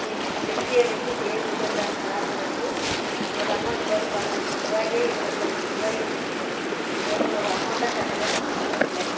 C சிறு சேமிப்பு சேமித்த கா காசை வச்சு ஒரு அமௌண்ட் வரும் பதினஞ்சிரூவாய் இருபத்தஞ்சிரூவாயி எங்களுக்கும் எனக்கு ஒரு அமௌண்டாக தருவாங்க ஸ்கூல்ல